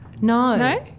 No